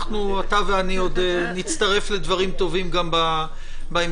אתה ואני עוד נצטרף לדברים טובים גם בהמשך,